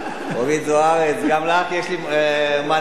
אורית זוארץ, גם לך יש לי מה להגיד.